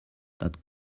that